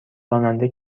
راننده